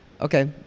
Okay